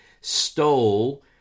stole